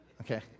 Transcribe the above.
Okay